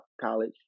college